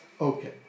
Okay